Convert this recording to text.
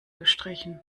gestrichen